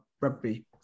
rugby